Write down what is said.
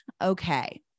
Okay